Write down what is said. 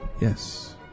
Yes